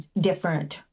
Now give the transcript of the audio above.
different